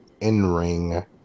in-ring